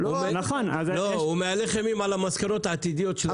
הוא מהלך אימים על המסקנות העתידיות.